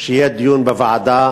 שיהיה דיון בוועדה,